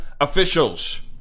officials